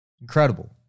Incredible